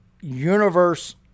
universe